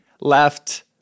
left